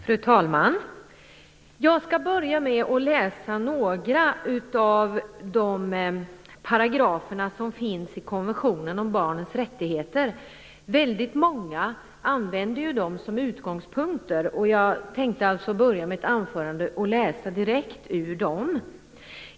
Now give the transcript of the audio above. Fru talman! Jag skall börja med att läsa några av de paragrafer som finns i konventionen om barnens rättigheter. Väldigt många använder dem som utgångspunkter, och jag tänkte alltså börja mitt anförande med att läsa direkt ur dem.